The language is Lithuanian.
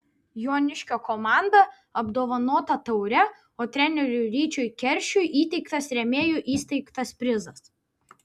joniškio komanda apdovanota taure o treneriui ryčiui keršiui įteiktas rėmėjų įsteigtas prizas